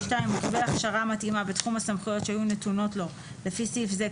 הוא קיבל הכשרה מתאימה בתחום הסמכויות שיהיו נתונות לו לפי סיעף זה,